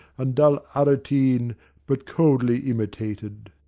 and dull aretine but coldly imitated.